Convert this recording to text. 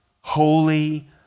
Holy